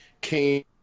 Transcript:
came